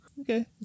Okay